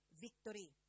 victory